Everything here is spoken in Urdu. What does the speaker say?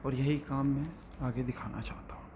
اور یہی کام میں آگے دکھانا چاہتا ہوں